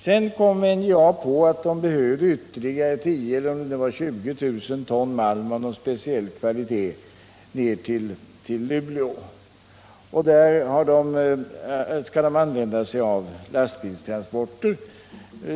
Sedan kom NJA på att man behövde ytterligare 10 000 eller 20 000 ton malm av en speciell kvalitet i Luleå, och då skall man använda sig av lastbilstransporter.